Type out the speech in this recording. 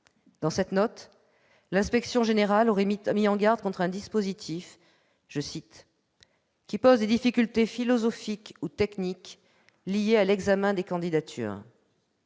Dans cette note, l'Inspection générale aurait mis en garde contre un dispositif qui pose des difficultés philosophiques ou techniques liées à l'examen des candidatures.